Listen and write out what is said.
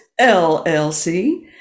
LLC